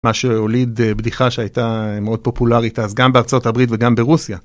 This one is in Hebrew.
מה שהוליד בדיחה שהייתה מאוד פופולרית אז גם בארצות הברית וגם ברוסיה.